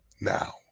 now